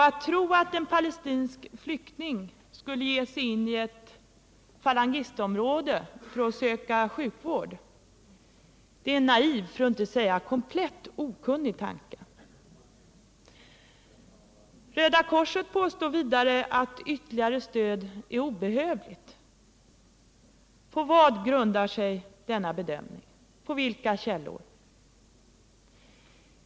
Att tro att en palestinsk flykting skulle ge sig in i ett falangistområde för att söka sjukvård är en naiv för att inte säga en om komplett okunnighet vittnande tanke. Röda korset påstår vidare att ytterligare stöd är obehövligt. På vilka källor grundar sig denna bedömning?